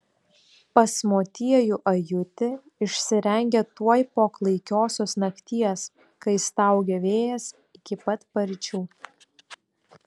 pas motiejų ajutį išsirengė tuoj po klaikiosios nakties kai staugė vėjas iki pat paryčių